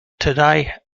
today